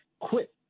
quit